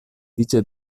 dice